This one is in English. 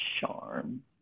charm